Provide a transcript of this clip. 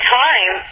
time